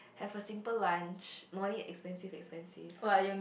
have a simple lunch no need expensive expensive